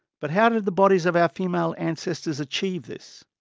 but how did the bodies of our female ancestors achieve this?